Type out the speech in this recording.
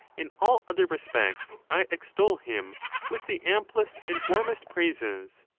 in all other respects i extol him with the amplest and warmest praises,